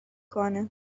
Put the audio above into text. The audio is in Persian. کنه